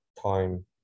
time